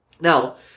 Now